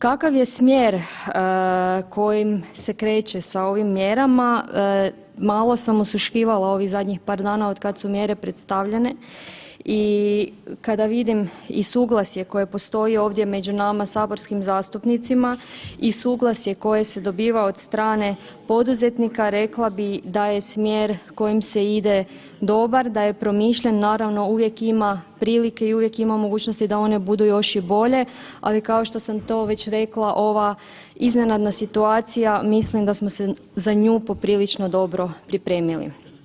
Kakav je smjer kojim se kreće sa ovim mjerama, malo sam osluškivala ovih zadnjih par dana otkad su mjere predstavljene i kada vidim i suglasje koje postoji ovdje među nama saborskim zastupnicima i suglasje koje se dobiva od strane poduzetnika, rekla bi da je smjer kojim se ide dobar, da je promišljen, naravno uvijek ima prilike i uvijek ima mogućnosti da one budu još i bolje, ali kao što sam to već rekla, ova iznenadna situacija, mislim da smo se za nju poprilično dobro pripremili.